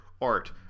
art